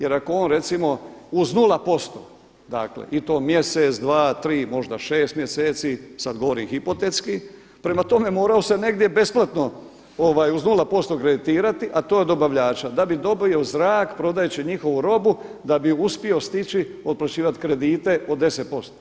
Jer ako on recimo uz 0% dakle i to mjesec, dva, tri, možda šest mjeseci sad govorim hipotetski, prema tome morao se negdje besplatno uz 0% kreditirati, a to je od dobavljača da bi dobio zrak prodajući njihovu robu da bi uspio stići otplaćivati kredite od 10%